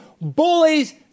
bullies